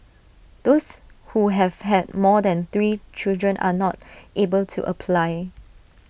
those who have had more than three children are not able to apply